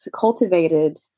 cultivated